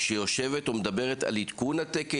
שיושבת ומדברת על עדכון התקן,